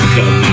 Come